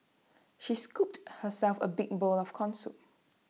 she scooped herself A big bowl of Corn Soup